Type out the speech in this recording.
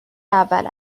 اول